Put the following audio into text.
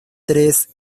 tres